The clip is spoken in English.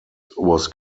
was